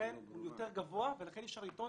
הוא יותר גבוה ולכן אי אפשר לטעון